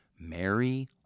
Mary